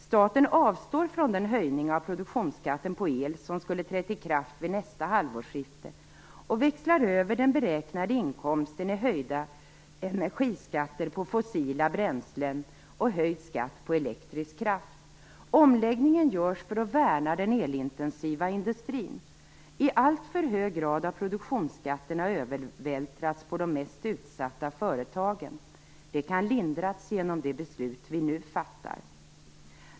Staten avstår från den höjning av produktionsskatten på el som skulle ha trätt i kraft vid nästa halvårsskifte och växlar över den beräknade inkomsten i höjda energiskatter på fossila bränslen och höjd skatt på elektrisk kraft. Omläggningen görs för att värna den elintensiva industrin. I alltför hög grad har produktionsskatterna övervältrats på de mest utsatta företagen. Det kan lindras genom det beslut som vi nu fattar.